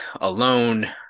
alone